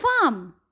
farm